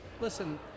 listen